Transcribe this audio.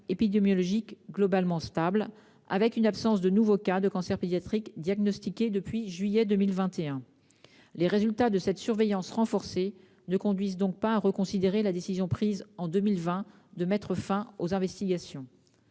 épidémiologique globalement stable, avec une absence de nouveau cas de cancer pédiatrique diagnostiqué depuis le mois de juillet 2021. Les résultats de cette surveillance renforcée ne conduisent donc pas à reconsidérer la décision prise en 2020 de mettre fin aux investigations.